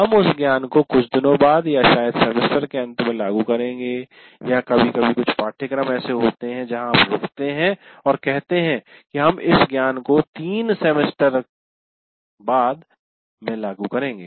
हम इस ज्ञान को कुछ दिनों बाद या शायद सेमेस्टर के अंत में लागू करेंगे या कभी कभी कुछ पाठ्यक्रम ऐसे होते हैं जहां आप रुकते हैं और कहते हैं कि हम इस ज्ञान को 3 सेमेस्टर बाद में लागू करेंगे